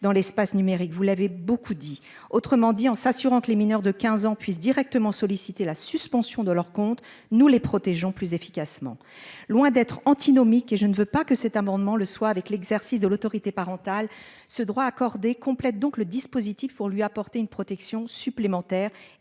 dans l'espace numérique. Vous l'avez beaucoup dit, autrement dit en s'assurant que les mineurs de 15 ans puisse directement sollicité la suspension de leur compte, nous les protégeons plus efficacement. Loin d'être antinomique et je ne veux pas que cet amendement le soit avec l'exercice de l'autorité parentale, ce droit accordé complète donc le dispositif pour lui apporter une protection supplémentaire